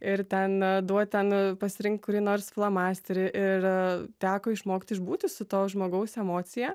ir ten duot ten pasirinkt kurį nors flomasterį ir teko išmokti išbūti su to žmogaus emocija